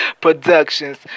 Productions